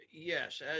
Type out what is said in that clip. yes